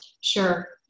Sure